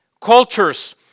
cultures